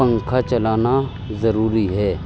پنکھا چلانا ضروری ہے